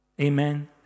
Amen